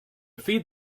feed